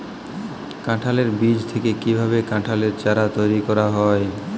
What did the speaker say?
কাঁঠালের বীজ থেকে কীভাবে কাঁঠালের চারা তৈরি করা হয়?